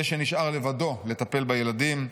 זה שנשאר לבדו לטפל בילדים,